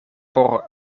por